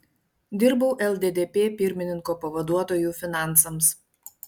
dirbau lddp pirmininko pavaduotoju finansams